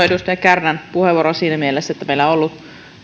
edustaja kärnän puheenvuoroon siinä mielessä että meillä on ollut